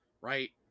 right